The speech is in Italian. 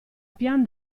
pian